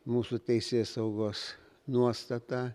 mūsų teisėsaugos nuostata